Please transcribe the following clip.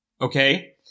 Okay